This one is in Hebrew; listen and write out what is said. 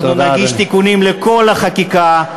אנחנו נגיש תיקונים לכל החקיקה,